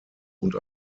und